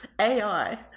AI